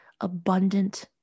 abundant